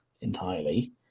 entirely